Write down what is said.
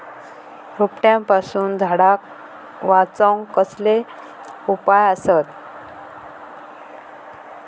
रोट्यापासून झाडाक वाचौक कसले उपाय आसत?